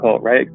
right